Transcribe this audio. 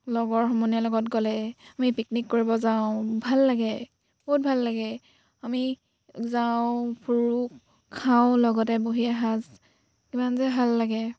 লগৰ সমনীয়াৰ লগত গ'লে আমি পিকনিক কৰিব যাওঁ ভাল লাগে বহুত ভাল লাগে আমি যাওঁ ফুৰো খাওঁ লগতে বহি এসাঁজ কিমান যে ভাল লাগে